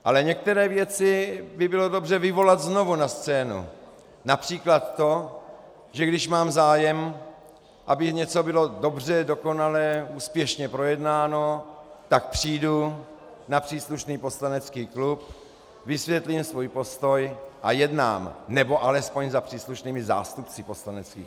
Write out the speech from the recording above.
Ale některé věci by bylo dobře vyvolat znovu na scénu, například to, že když mám zájem, aby něco bylo dobře, dokonalé, úspěšně projednáno, tak přijdu na příslušný poslanecký klub, vysvětlím svůj postoj a jednám, nebo alespoň za příslušnými zástupci poslaneckých klubů.